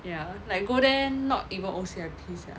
ya like go there not even O_C_I_P sia